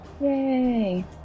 Yay